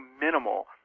minimal